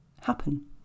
happen